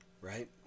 right